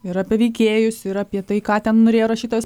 ir apie veikėjus ir apie tai ką ten norėjo rašytojas pasakyti